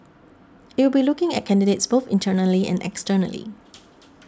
it will be looking at candidates both internally and externally